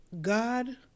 God